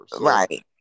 Right